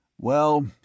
Well